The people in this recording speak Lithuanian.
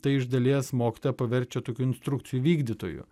tai iš dalies mokytoją paverčia tokių instrukcijų vykdytoju